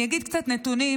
אגיד קצת נתונים.